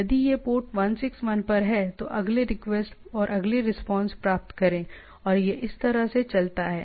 यदि यह पोर्ट 161 पर है तो अगले रिक्वेस्ट और अगली रिस्पांस प्राप्त करें और यह इस तरह से चलता है